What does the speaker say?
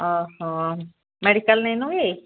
medical ନେଇନୁ କି